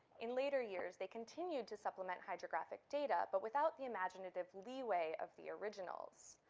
in later years, they continued to supplement hydrographic data but without the imaginative leeway of the originals.